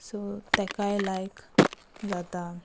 so ताकाय लायक जाता